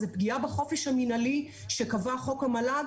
זו פגיעה בחופש המנהלי שקבע חוק המל"ג,